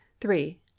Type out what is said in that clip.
three